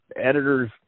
editors